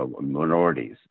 minorities